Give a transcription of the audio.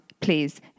please